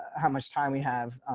how much time we have.